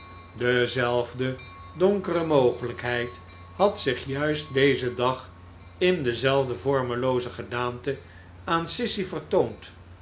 dezelfde donkere mogelijkheid had zich juist dezen dag in dezelfde vormelooze gedaante aan sissy vertoond